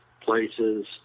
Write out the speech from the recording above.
places